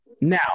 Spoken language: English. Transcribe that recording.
now